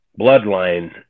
bloodline